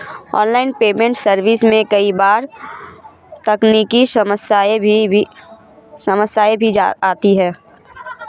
online payment service में कई बार तकनीकी समस्याएं भी आती है